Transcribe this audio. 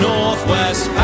Northwest